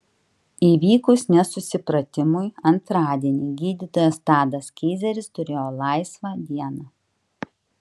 įvykus nesusipratimui antradienį gydytojas tadas keizeris turėjo laisvą dieną